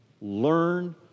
learn